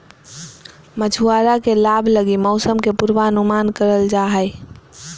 मछुआरा के लाभ लगी मौसम के पूर्वानुमान करल जा हइ